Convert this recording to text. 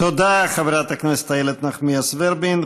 תודה, חברת הכנסת איילת נחמיאס ורבין.